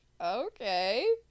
okay